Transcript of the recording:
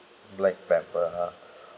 black pepper ha